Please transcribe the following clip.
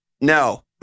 no